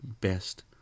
best